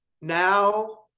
now